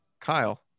Kyle